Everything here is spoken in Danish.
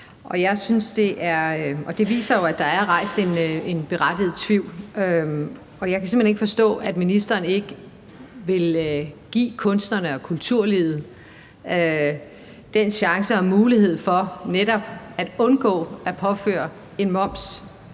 det viser jo, at der er rejst en berettiget tvivl, og jeg kan simpelt hen ikke forstå, at ministeren ikke vil give kunstnerne og kulturlivet den chance og mulighed for netop at undgå at skulle påføres en moms,